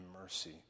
mercy